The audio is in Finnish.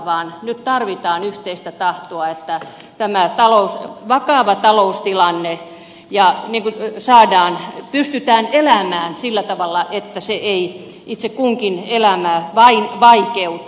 nyt tarvitaan yhteistä tahtoa että tämä vakava taloustilanne saadaan korjatuksi pystytään elämään sillä tavalla että se ei itse kunkin elämää vain vaikeuta